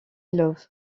love